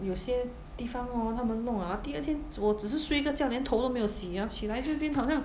有些地方 hor 他们弄 ah 第二天我只是睡一个觉 then 头都没有洗 ah 起来就变好像